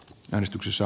valmistuksessa